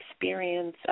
experience